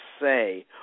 say